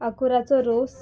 आकुराचो रोस